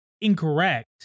incorrect